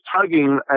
tugging